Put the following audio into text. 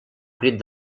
crit